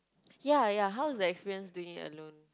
ya ya how is the experience doing it alone